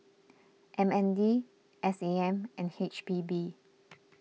M N D S A M and H P B